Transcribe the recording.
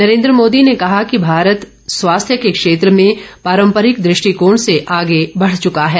नरेन्द्र मोदी ने कहा कि भारत स्वास्थ्य के क्षेत्र में पारम्परिक दृष्टिकोण से आगे बढ़ चुका है